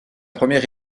première